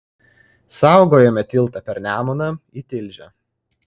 saugojome tiltą per nemuną į tilžę